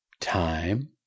time